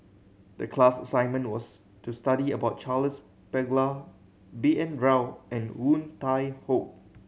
the class assignment was to study about Charles Paglar B N Rao and Woon Tai Ho